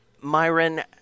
Myron